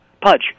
Pudge